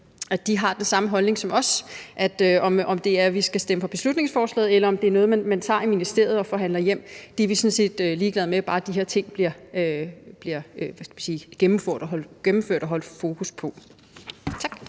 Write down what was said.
at de har den samme holdning som os. Om vi skal stemme for beslutningsforslaget, eller om det er noget, man tager i ministeriet og forhandler hjem, er vi sådan set ligeglade med, bare de her ting bliver gennemført og holdt fokus på. Tak.